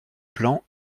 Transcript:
plan